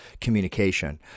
communication